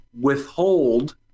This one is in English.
withhold